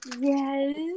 Yes